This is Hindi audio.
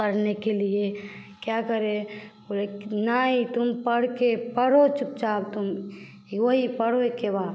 पढ़ने के लिए क्या करें बोले कि तुम नहीं तुम पढ़के पढ़ो चुपचाप तुम ये वही पढ़ो एक्के बार